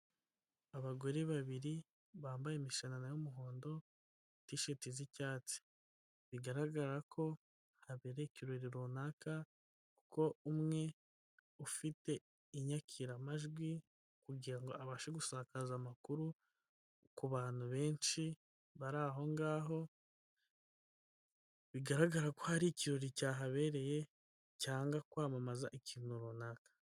Abagore babiri bambaye imishanana y' yumuhondo, tisheti, z'icyatsi bigaragara ko habereye ikirori runaka, ko umwe ufite inyakiramajwi, kugirango abashe gusakaza amakuru ku bantu benshi bari aho ngaho, bigaragara ko hari ikirori cyahabereye cyanga kwamamaza ikintu runaka.